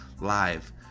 live